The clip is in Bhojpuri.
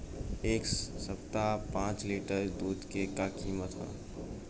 एह सप्ताह पाँच लीटर दुध के का किमत ह?